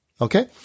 Okay